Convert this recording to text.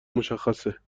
مشخصه